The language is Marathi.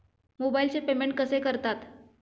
मोबाइलचे पेमेंट कसे करतात?